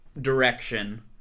direction